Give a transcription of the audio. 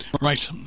Right